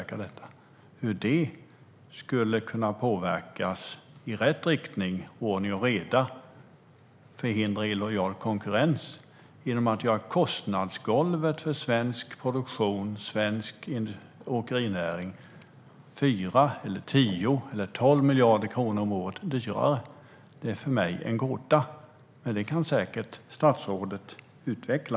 Hur ordning och reda skulle kunna påverkas i rätt riktning för att förhindra illojal konkurrens genom att göra det dyrare för svensk produktion och svensk åkerinäring med ett kostnadsgolv på 4, 10 eller 12 miljarder kronor om året är för mig en gåta. Men detta kan säkert statsrådet utveckla.